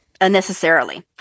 unnecessarily